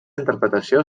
interpretació